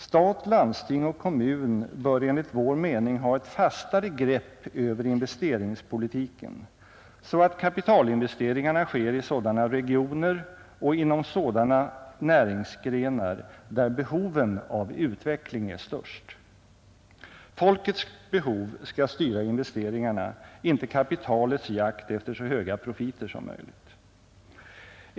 Stat, landsting och kommun bör enligt vår mening ha ett fastare grepp över investeringspolitiken så att kapitalinvesteringarna sker i sådana regioner och inom sådana näringsgrenar där behoven av utveckling är störst. Folkets behov skall styra investeringarna, inte kapitalets jakt efter så höga profiter som möjligt.